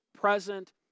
present